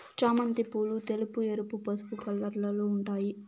చామంతి పూలు తెలుపు, ఎరుపు, పసుపు కలర్లలో ఉంటాయి